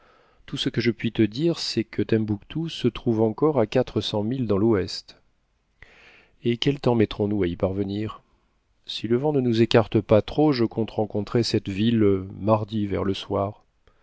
tout ce que je puis te dire c'est que tembouctou se trouve encore à quatre cents milles dans l'ouest et quel temps mettrons nous à y parvenir si le vent ne nous écarte pas trop je compte rencontrer cette ville mardi vers le soir